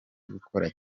gukora